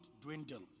dwindle